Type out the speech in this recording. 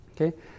okay